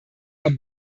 are